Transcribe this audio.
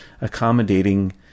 accommodating